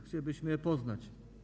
Chcielibyśmy je poznać.